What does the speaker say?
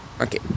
okay